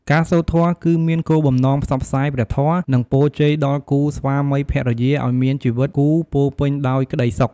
ការសូត្រធម៌គឺមានគោលបំណងផ្សព្វផ្សាយព្រះធម៌ និងពរជ័យដល់គូស្វាមីភរិយាឲ្យមានជីវិតគូពោរពេញដោយក្ដីសុខ។